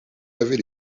avez